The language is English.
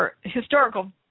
historical